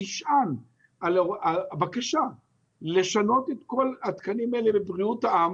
נשען על הבקשה לשנות את כל התקנים האלה בבריאות האם